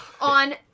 on